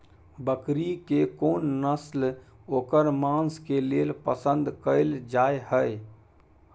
बकरी के कोन नस्ल ओकर मांस के लेल पसंद कैल जाय हय?